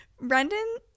Brendan